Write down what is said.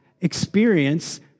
experience